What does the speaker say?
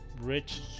Rich